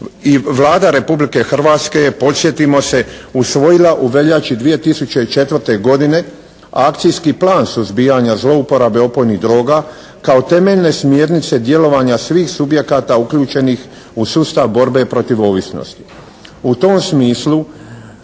Vlada Republike Hrvatske je, podsjetimo se, usvojila u veljači 2004. godine Akcijski plan suzbijanja zlouporabe opojnih droga kao temeljne smjernice djelovanja svih subjekata uključenih u sustav borbe protiv ovisnosti.